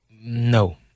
No